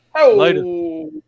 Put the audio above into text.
Later